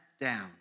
down